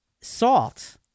Salt